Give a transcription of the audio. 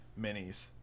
minis